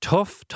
Tough